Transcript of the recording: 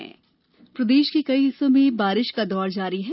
मौसम प्रदेश के कई हिस्सों में बारिश का दौर जारी है